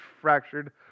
fractured